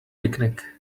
picnic